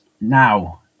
now